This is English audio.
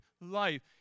life